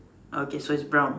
okay so it's brown